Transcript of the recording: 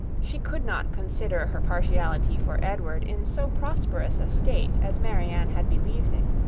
she could not consider her partiality for edward in so prosperous a state as marianne had believed it.